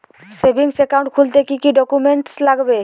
Savings account খুলতে কি কি ডকুমেন্টস লাগবে?